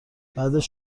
بعدش